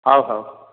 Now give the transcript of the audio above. ହଉ ହଉ